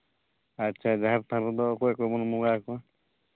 ᱟᱪᱪᱷᱟ ᱡᱟᱦᱮᱨ ᱛᱷᱟᱱ ᱨᱮᱫᱚ ᱚᱠᱚᱭ ᱠᱚᱵᱚᱱ ᱵᱚᱸᱜᱟ ᱟᱠᱚᱣᱟ